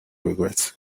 regrets